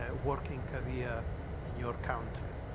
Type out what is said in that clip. ah working career in your country.